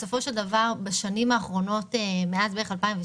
בסופו של דבר בשנים האחרונות מאז בערך 2016